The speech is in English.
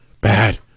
Bad